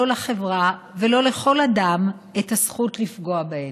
לא לחברה ולא לכל אדם הזכות לפגוע בהן.